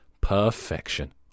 Perfection